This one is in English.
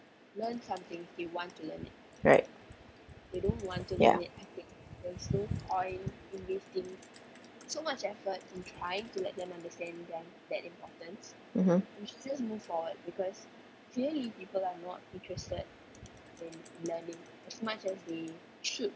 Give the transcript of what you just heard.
right ya mmhmm